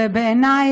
ובעיני,